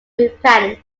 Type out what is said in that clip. repellent